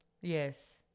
Yes